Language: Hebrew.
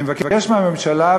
אני מבקש מהממשלה,